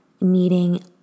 needing